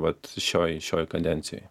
vat šioj šioj kadencijoj